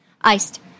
Iced